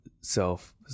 self